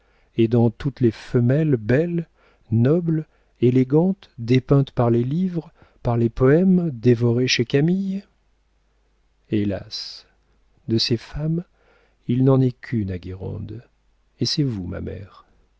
et dans toutes les femmes belles nobles élégantes dépeintes par les livres par les poèmes dévorés chez camille hélas de ces femmes il n'en est qu'une à guérande et c'est vous ma mère